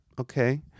Okay